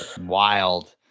Wild